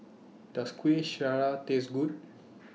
Does Kueh Syara Taste Good